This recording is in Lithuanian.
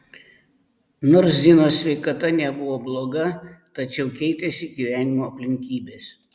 nors zinos sveikata nebuvo bloga tačiau keitėsi gyvenimo aplinkybės